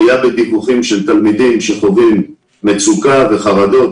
עלייה בדיווחים של תלמידים שחווים מצוקה וחרדות.